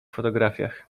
fotografiach